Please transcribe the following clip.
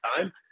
time